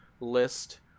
list